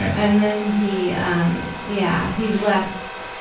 and then he um yeah he left.